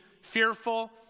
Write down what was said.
fearful